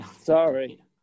Sorry